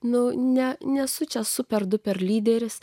nu ne nesu čia super du per lyderis